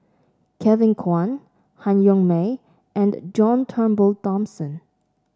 Kevin Kwan Han Yong May and John Turnbull Thomson